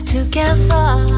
together